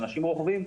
שאנשים רוכבים.